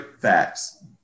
facts